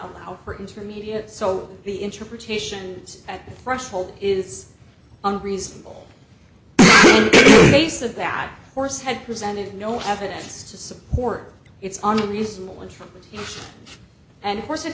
allow for intermediate so the interpretations at the threshold is unreasonable they said that force had presented no evidence to support its on the reasonable inference